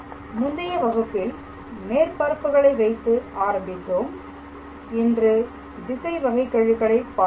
முந்தைய வகுப்பில் மேற்பரப்புகளை வைத்து ஆரம்பித்தோம் இன்று திசை வகைக்கெழுகளை பார்ப்போம்